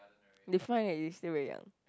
they find that you still very young